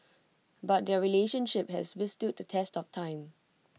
but their relationship has withstood the test of time